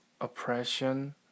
oppression